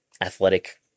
athletic